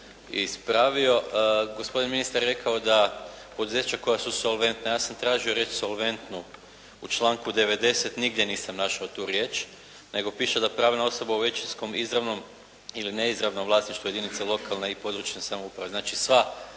Gospodin ministar je rekao da poduzeća koja su solventna. Ja sam tražio riječ solventnu, u članku 90. nigdje nisam našao tu riječ. Nego piše da pravna osoba u većinskom, izravnom ili neizravnom vlasništvu jedinica lokalne i područne samouprave